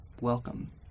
welcome